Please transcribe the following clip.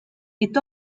est